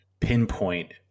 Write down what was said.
pinpoint